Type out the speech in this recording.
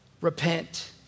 repent